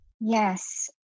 Yes